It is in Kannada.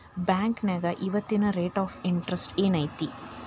ಬಾಂಕ್ನ್ಯಾಗ ಇವತ್ತಿನ ರೇಟ್ ಆಫ್ ಇಂಟರೆಸ್ಟ್ ಏನ್ ಐತಿ